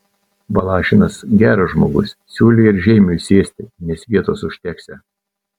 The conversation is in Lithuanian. valašinas geras žmogus siūlė ir žeimiui sėsti nes vietos užteksią